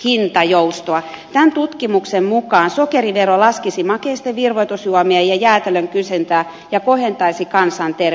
tämän tutkimuksen mukaan sokerivero laskisi makeisten virvoitusjuomien ja jäätelön kysyntää ja kohentaisi kansanterveyttä